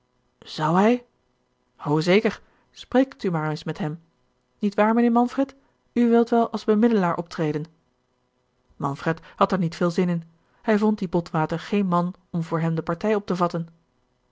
zou hij o zeker spreek u maar eens met hem nietwaar mijnheer manfred u wilt wel als bemiddelaar optreden manfred had er niet veel zin in hij vond dien botwater geen man om voor hem de partij op te vatten